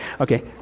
Okay